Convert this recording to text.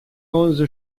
onze